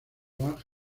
los